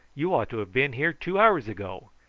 you ought to have been here two hours ago.